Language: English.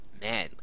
man